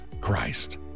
Christ